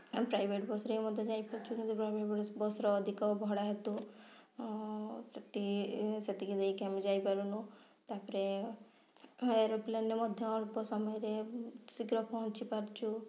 ଆଉ ପ୍ରାଇଭେଟ୍ ବସ୍ରେ ମଧ୍ୟ ଯାଇପାରୁଛୁ କିନ୍ତୁ ବସ୍ର ଅଧିକ ଭଡ଼ା ହେତୁ ସେତେ ସେତିକି ଦେଇକି ଆମେ ଯାଇପାରୁନୁ ତା'ପରେ ଏରୋପ୍ଲେନ୍ରେ ମଧ୍ୟ ଅଳ୍ପ ସମୟରେ ଶୀଘ୍ର ପହଞ୍ଚି ପାରୁଛୁ